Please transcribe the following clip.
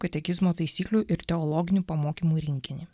katekizmo taisyklių ir teologinių pamokymų rinkinį